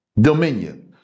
Dominion